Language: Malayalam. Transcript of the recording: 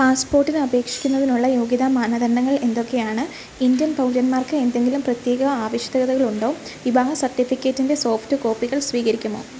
പാസ്പോർട്ടിന് അപേക്ഷിക്കുന്നതിനുള്ള യോഗ്യതാ മാനദണ്ഡങ്ങൾ എന്തൊക്കെയാണ് ഇന്ത്യൻ പൗരന്മാർക്ക് എന്തെങ്കിലും പ്രത്യേക ആവശ്യകതകൾ ഉണ്ടോ വിവാഹ സർട്ടിഫിക്കറ്റിൻ്റെ സോഫ്റ്റ് കോപ്പികൾ സ്വീകരിക്കുമോ